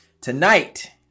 Tonight